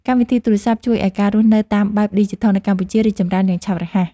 កម្មវិធីទូរសព្ទជួយឱ្យការរស់នៅតាមបែបឌីជីថលនៅកម្ពុជា រីកចម្រើនយ៉ាងឆាប់រហ័ស។